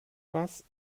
was